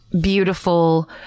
beautiful